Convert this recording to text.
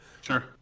Sure